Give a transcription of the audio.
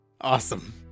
Awesome